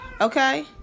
Okay